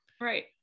Right